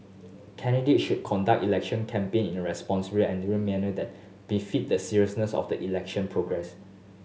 candidates should conduct election campaigning in a responsible and dignified manner that befit the seriousness of the election progress